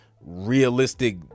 realistic